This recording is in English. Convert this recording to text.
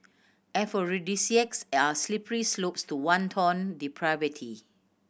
aphrodisiacs are slippery slopes to wanton depravity